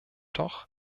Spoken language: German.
doch